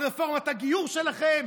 על רפורמת הגיור שלכם?